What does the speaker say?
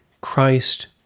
Christ